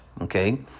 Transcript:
okay